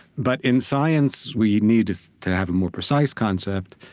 but in science, we need to have a more precise concept.